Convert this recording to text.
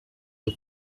the